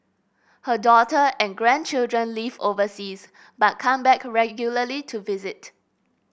her daughter and grandchildren live overseas but come back regularly to visit